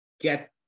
get